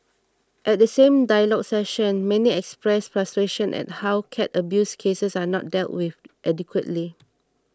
at the same dialogue session many expressed frustration at how cat abuse cases are not dealt with adequately